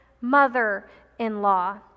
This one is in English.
mother-in-law